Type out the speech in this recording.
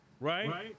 Right